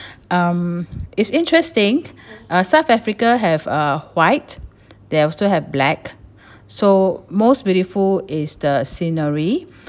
um it's interesting uh south africa have uh white there also have black so most beautiful is the scenery